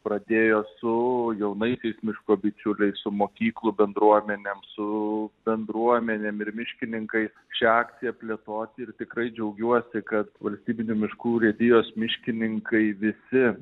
pradėjo su jaunaisiais miško bičiuliais su mokyklų bendruomenėm su bendruomenėm ir miškininkai šią akciją plėtoti ir tikrai džiaugiuosi kad valstybinių miškų urėdijos miškininkai visi